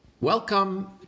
Welcome